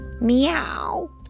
meow